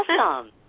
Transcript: Awesome